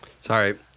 Sorry